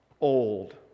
old